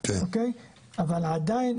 אבל עדיין,